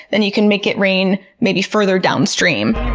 then you can make it rain maybe further downstream.